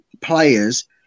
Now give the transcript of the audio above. players